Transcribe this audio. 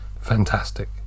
fantastic